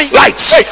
lights